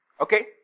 Okay